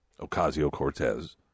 Ocasio-Cortez